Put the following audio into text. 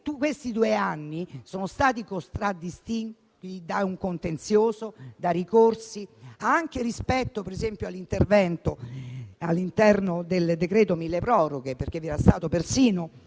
Questi due anni sono stati contraddistinti da un contenzioso e da ricorsi. Questo anche rispetto all'intervento all'interno del decreto milleproroghe, perché vi era stato persino